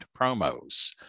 Promos